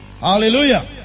Hallelujah